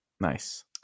nice